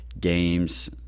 games